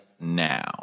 Now